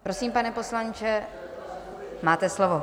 Prosím, pane poslanče, máte slovo.